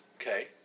okay